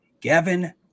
Gavin